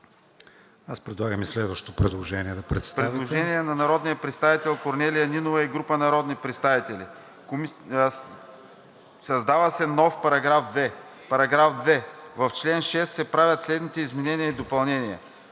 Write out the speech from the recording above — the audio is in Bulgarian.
Предлагам и следващото предложение